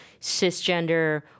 cisgender